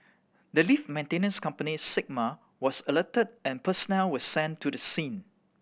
the lift maintenance company Sigma was alerted and personnel were sent to the scene